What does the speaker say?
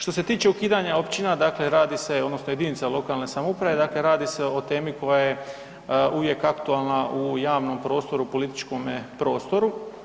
Što se tiče ukidanja općina, dakle radi se, odnosno jedinica lokalne samouprave, dakle radi se o temi koja je uvijek aktualna u javnom prostoru, u političke prostoru.